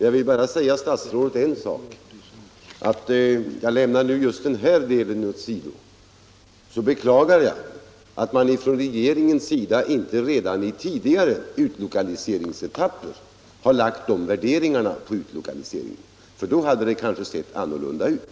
Jag vill bara säga statsrådet en sak, och lämnar just då den här delen åsido: Jag beklagar att man från regeringens sida inte redan i tidigare utlokaliseringsetapper har anlagt de värderingarna på utlokaliseringen. Då hade det hela kanske sett annorlunda ut.